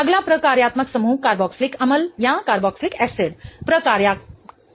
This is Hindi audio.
अगला प्रकार्यात्मक समूह कार्बोक्जिलिक अम्ल प्रकार्यात्मकता है